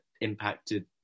impacted